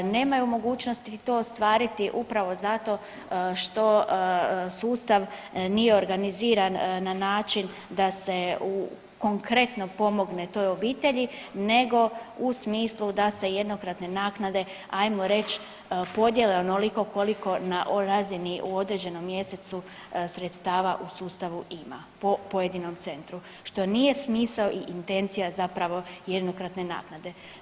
Nemaju mogućnosti to ostvariti upravo zato što sustav nije organiziran na način da se konkretno pomogne toj obitelji nego u smislu da se jednokratne naknade ajmo reć podijele onoliko koliko na razini u određenom mjesecu sredstava u sustavu ima po pojedinom centru, što nije smisao i intencija zapravo jednokratne naknade.